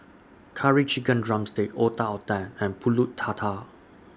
Curry Chicken Drumstick Otak Otak and Pulut Tatal